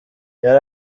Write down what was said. yari